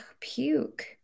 puke